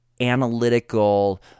analytical